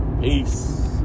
Peace